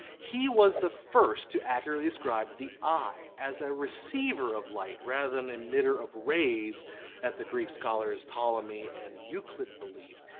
he was the first to accurately describe the eye as a receiver of light rather an emitter of rays that the greek scholars ptolemy and euclid believed.